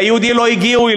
ליהודי לא הגיעו.